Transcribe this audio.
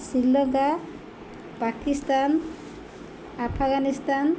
Sri Lanka Pakistan Afghanistan